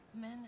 Men